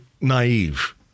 naive